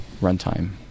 runtime